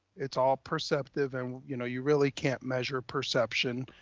it's all perceptive and you know, you really can't measure perception.